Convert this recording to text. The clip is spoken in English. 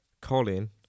Colin